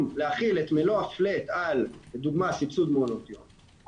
להחיל את מלוא ה-flat לדוגמה על סבסוד מעונות יום,